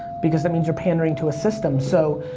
because that means you're pandering to a system. so,